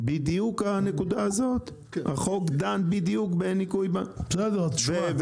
בדיוק הנקודה הזאת החוק דן בדיוק בניכוי --- אגב,